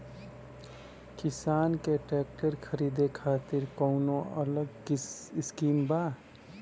का किसान के ट्रैक्टर खरीदे खातिर कौनो अलग स्किम बा?